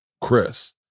Chris